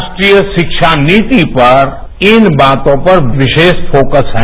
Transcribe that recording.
राष्ट्रीय शिक्षा नीति पर इन बातों के विशेष फोक्स हैं